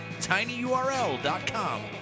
tinyurl.com